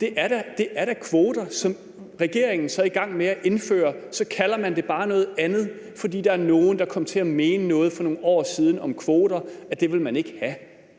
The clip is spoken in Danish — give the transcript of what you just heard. Det er da kvoter, som regeringen er i gang med at indføre. Så kalder man det bare noget andet, fordi der var nogle, der kom til at mene noget for nogle år siden om kvoter, altså at det ville man ikke have.